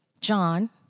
John